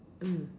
mm